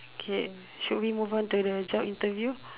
okay should we move on to the job interview